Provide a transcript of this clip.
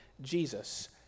Jesus